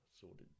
sorted